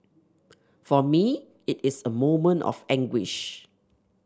for me it is a moment of anguish